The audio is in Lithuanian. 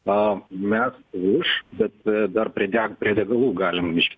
na mes už bet dar prie deg prie degalų galim biškį